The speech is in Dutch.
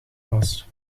was